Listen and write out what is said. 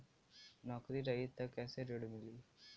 नौकरी रही त कैसे ऋण मिली?